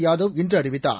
யாதவ் இன்று அறிவித்தார்